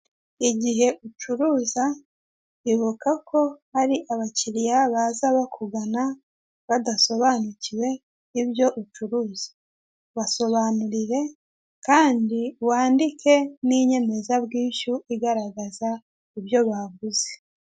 Igihe ucuruza ibuka ko hari abakiliya baza bakugana badasobanukiwe ibyo ucuruza. Basobanurire, kandi wandike n'inyemezabwishyu igaragaza ibyo baguze.